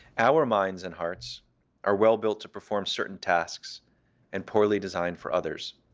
our minds and hearts are well built to perform certain tasks and poorly designed for others.